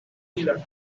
heelot